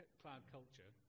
cloudculture